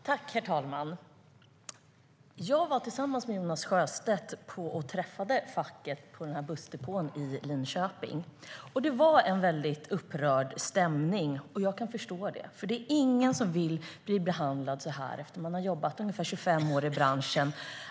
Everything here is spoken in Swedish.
Herr talman! Tillsammans med Jonas Sjöstedt träffade jag facket på den här bussdepån i Linköping. Det var en väldigt upprörd stämning. Jag kan förstå det, för det är ingen som vill bli behandlad så här när man har jobbat i ungefär 25 år i branschen.